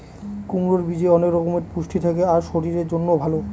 কুমড়োর বীজে অনেক রকমের পুষ্টি থাকে আর শরীরের জন্যও ভালো